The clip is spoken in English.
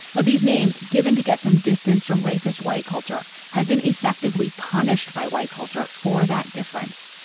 but these names given to get some distance from racist white culture have been effectively punished by white culture for that difference.